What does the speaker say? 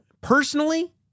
Personally